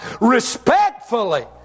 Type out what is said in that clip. respectfully